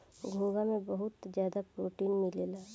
घोंघा में बहुत ज्यादा प्रोटीन मिलेला